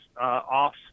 off